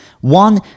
one